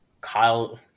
Kyle